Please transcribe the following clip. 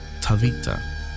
Tavita